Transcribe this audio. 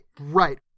Right